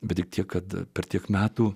bet tik tiek kad per tiek metų